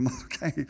Okay